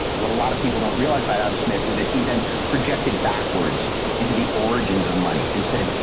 what a lot of people don't realize about adam smith is that he then projected backwards into the origins of money and said,